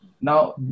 Now